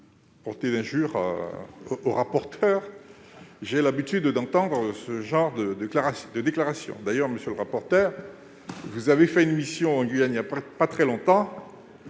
dois dire que j'ai l'habitude d'entendre ce genre de déclarations. D'ailleurs, monsieur le rapporteur, vous avez conduit une mission en Guyane il n'y a pas très longtemps